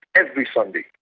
every sunday.